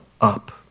up